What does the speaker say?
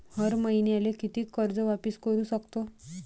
हर मईन्याले कितीक कर्ज वापिस करू सकतो?